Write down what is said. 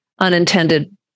unintended